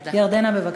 ירדנה, בבקשה.